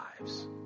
lives